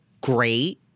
great